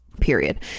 Period